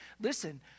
Listen